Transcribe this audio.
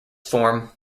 form